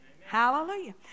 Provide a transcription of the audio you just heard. Hallelujah